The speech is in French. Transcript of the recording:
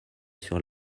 sur